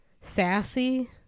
sassy